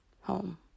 home